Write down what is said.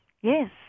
Yes